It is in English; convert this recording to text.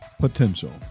potential